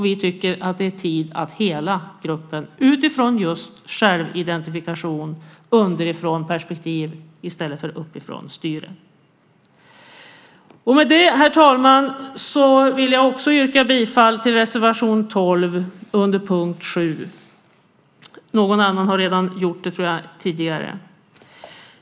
Vi tycker att det är dags att hela gruppen just utifrån självidentifikation och underifrånperspektiv i stället för uppifrånstyre. Med detta, herr talman, yrkar jag också bifall till reservation 12 under punkt 7 - jag tror att någon annan här redan har gjort det.